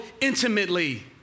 intimately